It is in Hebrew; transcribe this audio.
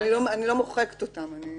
אני לא מוחקת אותם.